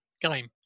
game